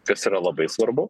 kas yra labai svarbu